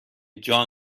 جان